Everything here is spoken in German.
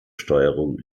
steuerung